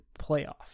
playoff